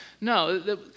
no